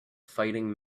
fighting